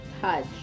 touch